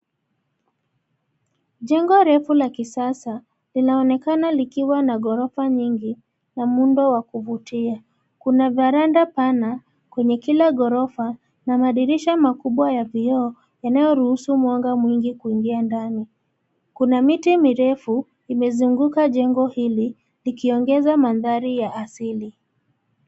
Jengo refu la kisasa, linaonekana likiwa na ghorofa nyingi, na muundo wa kuvutia. Kuna veranda pana, kwenye kila ghorofa, na madirisha makubwa ya vioo, yanayo ruhusu mwanga mwingi kuingia ndani. Kuna miti mirefu, imezunguka jego hili, likiongeza mandhari ya asili.